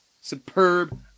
superb